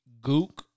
gook